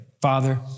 Father